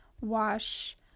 wash